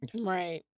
Right